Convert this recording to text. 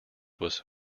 was